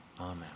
amen